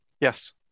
Yes